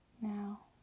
Now